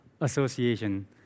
association